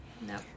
no